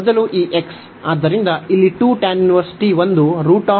ಮೊದಲು ಈ x ಆದ್ದರಿಂದ ಇಲ್ಲಿ ಒಂದು ಆಗಿತ್ತು